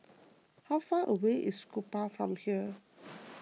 how far away is Kupang from here